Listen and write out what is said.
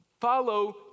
follow